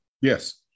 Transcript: Yes